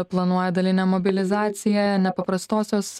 planuoja dalinę mobilizaciją nepaprastosios